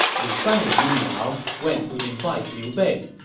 lu fan, meanwhile, went to invite liu bei.